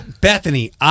Bethany